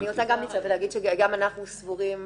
אני רוצה להגיד שגם אנחנו סבורים,